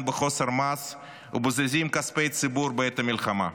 בחוסר מעש ובוזזים כספי ציבור בעת המלחמה.